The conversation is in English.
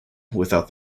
without